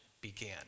began